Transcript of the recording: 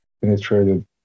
penetrated